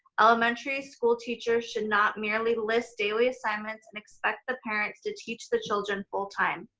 elementary school teachers should not merely list daily assignments and expect the parents to teach the children full time.